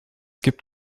gibt